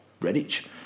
Redditch